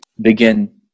begin